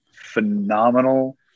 phenomenal